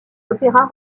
opéras